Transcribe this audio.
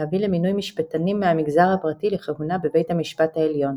להביא למינוי משפטנים מהמגזר הפרטי לכהונה בבית המשפט העליון.